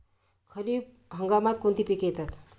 खरीप हंगामात कोणती पिके येतात?